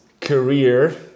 career